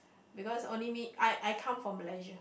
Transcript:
because only me I I come from Malaysia